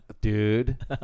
dude